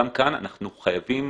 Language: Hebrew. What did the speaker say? גם כאן אנחנו חייבים